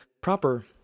proper